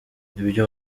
ibyo